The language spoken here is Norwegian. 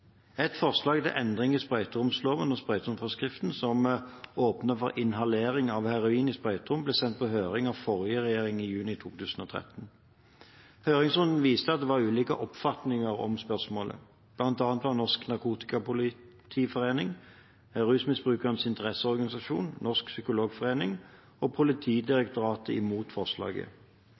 Et forslag til endring i sprøyteromsloven og sprøyteromforskriften som åpner for inhalering av heroin i sprøyterom, ble sendt på høring av forrige regjering i 2013. Høringsrunden viste at det var ulike oppfatninger om spørsmålet, bl.a. var Norsk Narkotikapolitiforening, Rusmisbrukernes Interesseorganisasjon, Norsk psykologforening og Politidirektoratet imot forslaget.